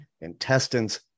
intestines